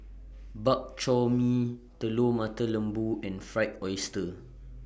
Bak Chor Mee Telur Mata Lembu and Fried Oyster